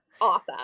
awesome